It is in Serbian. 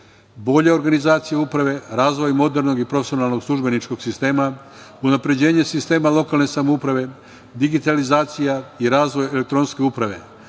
bolja organizacija uprave, razvoj modernog i profesionalnog službeničkog sistema, unapređenje sistema lokalne samouprave, digitalizacija i razvoj elektronske uprave,